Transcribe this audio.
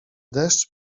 deszcz